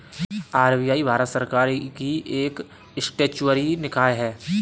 RBI Bharat सरकार की एक स्टेचुअरी निकाय है